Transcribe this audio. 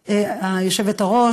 מה שהיושבת-ראש,